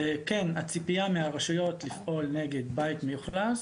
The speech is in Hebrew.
וכן, הציפייה מהרשויות לפעול נגד בית מאוכלס,